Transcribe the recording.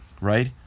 right